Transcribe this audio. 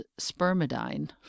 spermidine